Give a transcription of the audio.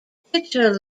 pitcher